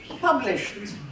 published